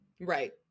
Right